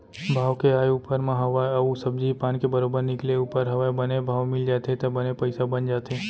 भाव के आय ऊपर म हवय अउ सब्जी पान के बरोबर निकले ऊपर हवय बने भाव मिल जाथे त बने पइसा बन जाथे